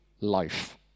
life